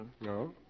No